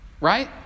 Right